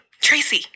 Tracy